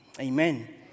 Amen